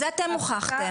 את זה אתם הוכחתם.